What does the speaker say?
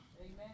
Amen